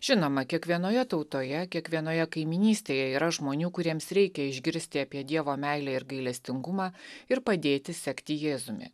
žinoma kiekvienoje tautoje kiekvienoje kaimynystėje yra žmonių kuriems reikia išgirsti apie dievo meilę ir gailestingumą ir padėti sekti jėzumi